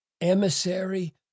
emissary